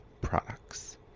products